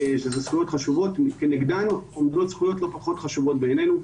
אלה זכויות חשובות וכנגדן עומדות זכויות לא פחות חשובות בעינינו,